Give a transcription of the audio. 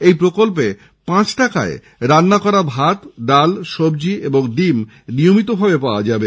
এই প্রকল্পে পাঁচ টাকায় রান্না করা ভাত ডাল সবজি ও ডিম নিয়মিত পাওয়া যাবে